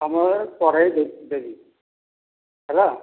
ସମୟରେ ପଢ଼ାଇ ଦେ ଦେବି ହେଲା